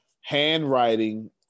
handwriting